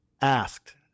asked